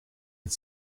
het